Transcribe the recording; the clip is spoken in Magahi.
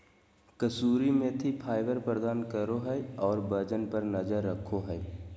कसूरी मेथी फाइबर प्रदान करो हइ और वजन पर नजर रखो हइ